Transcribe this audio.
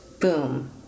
boom